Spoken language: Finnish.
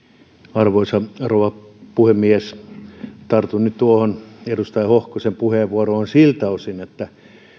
arvoisa rouva puhemies tartun nyt tuohon edustaja hoskosen puheenvuoroon siltä osin että